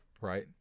Right